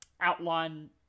outline